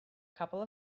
couple